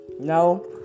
No